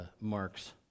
Mark's